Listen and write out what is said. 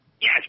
Yes